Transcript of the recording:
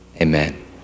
amen